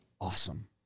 awesome